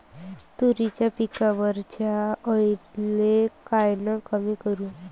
तुरीच्या पिकावरच्या अळीले कायनं कमी करू?